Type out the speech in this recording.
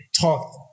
talk